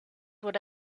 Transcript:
would